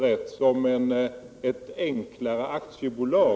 Ny företagsform för mindre företag Ny företagsform för mindre företag